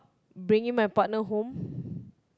bringing my partner home